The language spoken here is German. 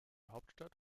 hauptstadt